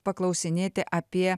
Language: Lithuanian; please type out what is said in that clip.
paklausinėti apie